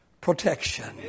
protection